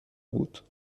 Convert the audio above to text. بود